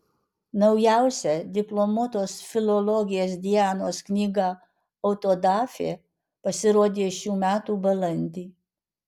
naujausia diplomuotos filologės dianos knyga autodafė pasirodė šių metų balandį